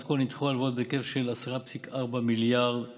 עד כה נדחו הלוואות בהיקף של כ-10.4 מיליארד שקל,